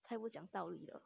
太不讲道理的